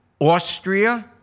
Austria